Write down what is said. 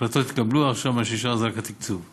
ההחלטות התקבלו, ומה שנשאר עכשיו זה רק התקצוב.